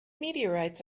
meteorites